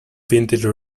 vintage